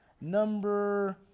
number